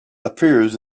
appears